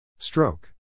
Stroke